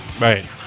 Right